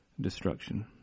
destruction